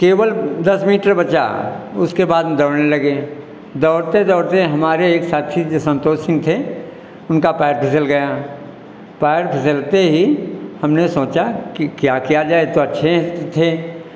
केवल दस मीटर बचा उसके बाद हम दौड़ने लगे दौड़ते दौड़ते हमारे एक साथी जो संतोष सिंह थे उनका पैर फिसल गया पैर फिसलते ही हमने सोचा कि क्या किया जाए यह तो अच्छे तो थे